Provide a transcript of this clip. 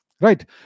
Right